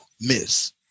miss